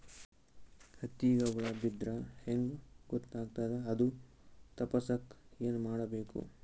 ಹತ್ತಿಗ ಹುಳ ಬಿದ್ದ್ರಾ ಹೆಂಗ್ ಗೊತ್ತಾಗ್ತದ ಅದು ತಪ್ಪಸಕ್ಕ್ ಏನ್ ಮಾಡಬೇಕು?